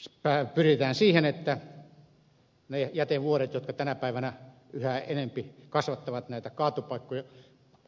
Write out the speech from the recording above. sitä kautta pyritään siihen että ne jätevuoret jotka tänä päivänä yhä enempi kasvattavat näitä